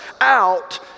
out